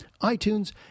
iTunes